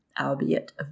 albeit